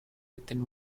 within